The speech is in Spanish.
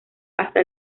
hasta